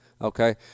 Okay